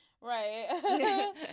Right